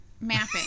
Mapping